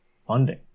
funding